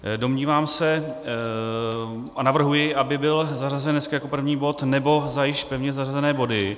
Domnívám se a navrhuji, aby byl dnes zařazen jako první bod, nebo za již pevně zařazené body.